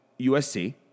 USC